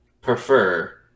prefer